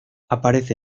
aparece